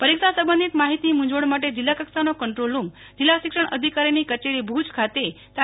પરીક્ષા સબંધિત માહિતી મ્રંઝવણ માટે જિલ્લા કક્ષાનો કંટોવરૂમ જિલ્લા શિક્ષણાધિકારીની કચેરી ભુજ ખાતે તા